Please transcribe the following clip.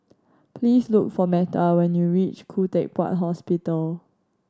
please look for Metta when you reach Khoo Teck Puat Hospital